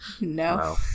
No